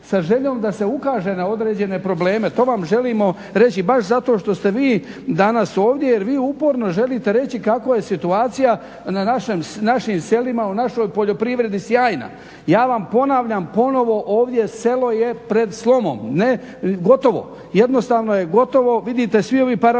sa željom da se ukaže na određene probleme. To vam želimo reći baš zato što ste vi danas ovdje, jer vi uporno želite reći kako je situacija na našim selima, u našoj poljoprivredi sjajna. Ja vam ponavljam ponovo ovdje selo je pred slomom, gotovo. Jednostavno je gotovo. Vidite svi ovi parametri,